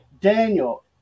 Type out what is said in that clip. Daniel